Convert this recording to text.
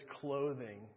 clothing